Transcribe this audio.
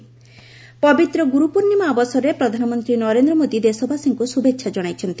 ଗୁରୁ ପୂର୍ଣ୍ଣିମା ପବିତ୍ର ଗୁରୁପୂର୍ଣ୍ଣିମା ଅବସରରେ ପ୍ରଧାନମନ୍ତ୍ରୀ ନରେନ୍ଦ୍ର ମୋଦୀ ଦେଶବାସୀଙ୍କୁ ଶୁଭେଚ୍ଛା କଣାଇଛନ୍ତି